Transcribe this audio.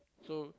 so